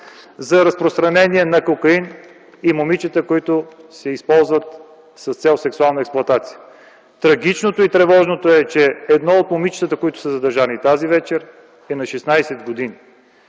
за разпространение на кокаин и момичета, които се използват с цел сексуална експлоатация. Трагичното и тревожното е, че едно от момичетата, които са задържани тази вечер, е на 16 години.